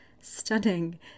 stunning